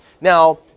Now